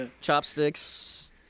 chopsticks